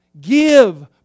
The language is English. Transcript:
Give